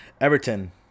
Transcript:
Everton